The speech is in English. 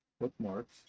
bookmarks